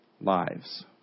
lives